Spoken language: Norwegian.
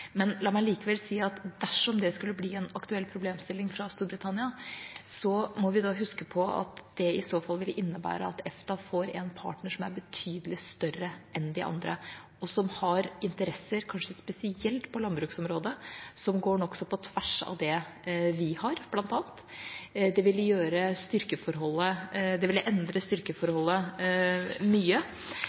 La meg likevel si at dersom det skulle bli en aktuell problemstilling for Storbritannia, må vi huske at det vil innebære at EFTA får en partner som er betydelig større enn de andre, og som har interesser, kanskje spesielt på landbruksområdet, som går nokså på tvers av våre interesser. Det ville endre styrkeforholdet mye, og der vi har defensive interesser og britene har offensive interesser på landbruksområdet, ville